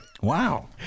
Wow